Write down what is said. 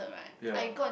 ya